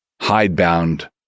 hidebound